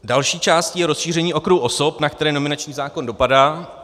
Další částí je rozšíření okruhu osob, na které nominační zákon dopadá.